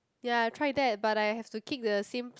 ya I have tried that but I have to keep the same